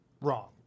wrong